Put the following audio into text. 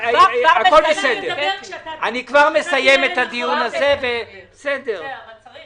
אני חושב שבראש הוועדה הזאת צריך